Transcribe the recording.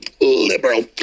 Liberal